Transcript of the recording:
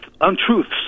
untruths